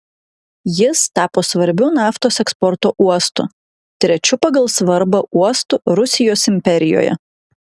jis tapo svarbiu naftos eksporto uostu trečiu pagal svarbą uostu rusijos imperijoje